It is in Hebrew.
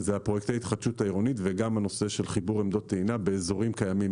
אלה פרויקטי ההתחדשות העירונית וגם חיבור עמדות טעינה באזורים קיימים.